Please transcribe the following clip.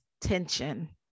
tension